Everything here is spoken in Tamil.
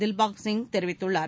தில்பாங் சிங் தெரிவித்துள்ளார்